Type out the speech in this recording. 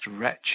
wretched